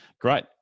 great